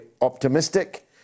optimistic